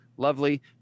lovely